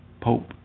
Pope